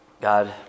God